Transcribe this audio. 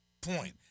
point